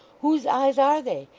whose eyes are they?